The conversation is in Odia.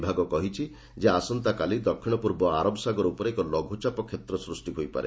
ବିଭାଗ କହିଛି ଯେ ଆସନ୍ତାକାଲି ଦକ୍ଷିଣ ପୂର୍ବ ଆରବ ସାଗର ଉପରେ ଏକ ଲଘୁଚାପ କ୍ଷେତ୍ର ସୃଷ୍ଟି ହୋଇପାରେ